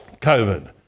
COVID